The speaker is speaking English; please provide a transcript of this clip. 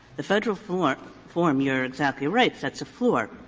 the federal form form, you're exactly right, sets a floor.